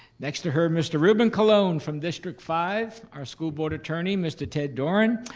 next to her, mr. ruben colon from district five. our school board attorney, mr. ted doran.